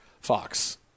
Fox